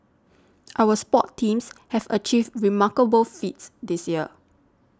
our sports teams have achieved remarkable feats this year